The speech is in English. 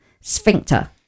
sphincter